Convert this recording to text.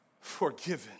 forgiven